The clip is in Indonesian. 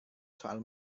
soal